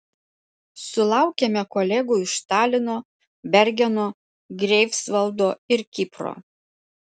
sulaukėme kolegų iš talino bergeno greifsvaldo ir kipro